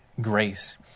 grace